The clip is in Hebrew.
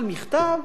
על מכתב